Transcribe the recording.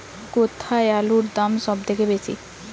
কোথায় আলুর দাম সবথেকে বেশি?